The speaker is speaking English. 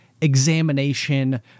examination